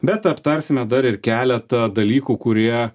bet aptarsime dar ir keletą dalykų kurie